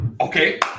Okay